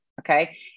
okay